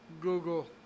Google